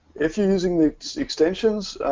if you're using the extensions,